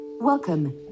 Welcome